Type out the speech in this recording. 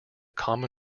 common